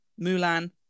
Mulan